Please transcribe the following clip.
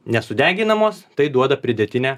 nesudeginamos tai duoda pridėtinę